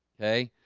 hey,